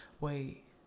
Wait